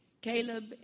Caleb